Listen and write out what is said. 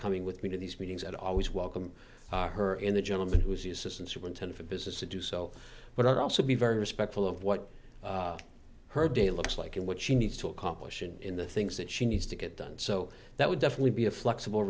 coming with me to these meetings and always welcome her in the gentleman who is the assistant superintendent of business to do so but also be very respectful of what her day looks like and what she needs to accomplish in the things that she needs to get done so that would definitely be a flexible